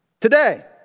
today